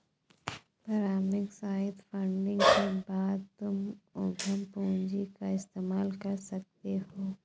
प्रारम्भिक seed funding के बाद तुम उद्यम पूंजी का इस्तेमाल कर सकते हो